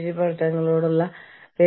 focus എത്രത്തോളം വിശാലമാണ്